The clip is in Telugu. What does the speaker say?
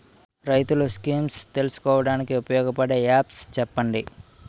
రైతులు స్కీమ్స్ తెలుసుకోవడానికి ఉపయోగపడే యాప్స్ చెప్పండి?